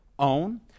own